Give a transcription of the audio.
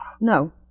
No